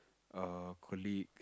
err colleague